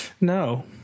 No